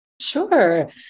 Sure